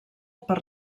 per